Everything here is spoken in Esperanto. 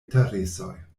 interesoj